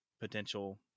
potential